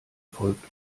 folgt